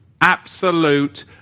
absolute